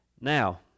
now